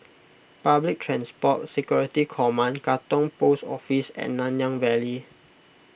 Public Transport Security Command Katong Post Office and Nanyang Valley